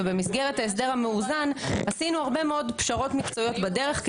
ובמסגרת ההסדר המאוזן עשינו הרבה מאוד פשרות מקצועיות בדרך,